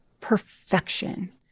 Perfection